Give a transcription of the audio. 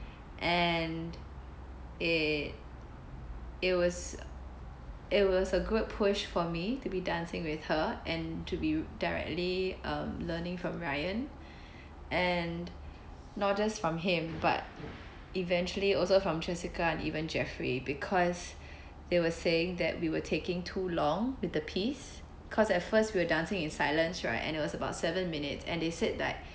and it it was it was a good push for me to be dancing with her and to be directly um learning from ryan and not just from him but eventually also from jessica and even jeffrey because they were saying that we were taking too long with the piece cause at first we were dancing in silence right and it was about seven minutes and they said like